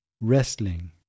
wrestling